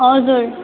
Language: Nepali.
हजुर